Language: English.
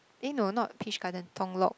eh no not Peach Garden Tong-Lok